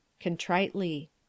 Contritely